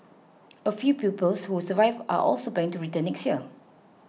a few pupils who survived are also planning to return next year